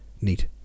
neat